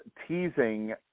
teasing